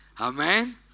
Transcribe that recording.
Amen